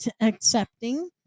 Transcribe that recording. accepting